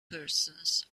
persons